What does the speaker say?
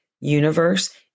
Universe